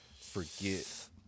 forget